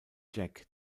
jack